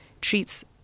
treats